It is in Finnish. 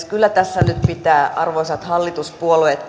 kyllä tässä pääluokassa nyt pitää arvoisat hallituspuolueet